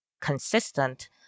consistent